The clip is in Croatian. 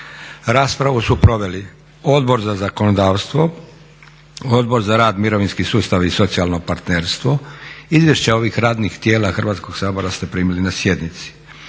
Raspravu su proveli Odbor za zakonodavstvo, Odbor za rad, mirovinski sustav i socijalno partnerstvo. Izvješća ovih radnih tijela Hrvatskog sabora ste primili na sjednici.